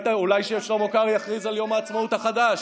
אולי ששלמה קרעי יכריז על יום העצמאות החדש.